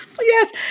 yes